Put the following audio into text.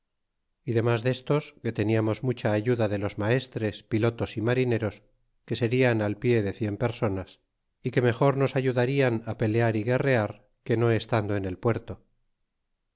y denlas destos que teniamos mucha ayuda de los maestres pilotos y marineros que serian al pie de cien personas y que mejor nos ayudarian á pelear y guerrear que no estando en el puerto